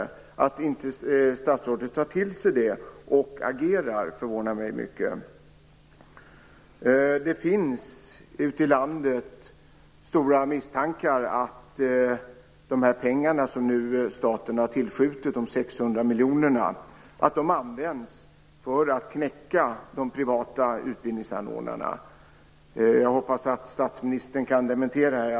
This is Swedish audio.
Det förvånar mig mycket att statsrådet inte tar till sig detta och agerar. Ute i landet finns starka misstankar om att de pengar som staten nu har tillskjutit, 600 miljoner kronor, används för att knäcka de privata utbildningsanordnarna. Jag hoppas att statsministern kan dementera detta.